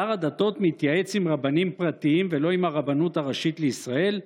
שר הדתות מתייעץ עם רבנים פרטיים ולא עם הרבנות הראשית לישראל?